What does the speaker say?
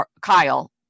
Kyle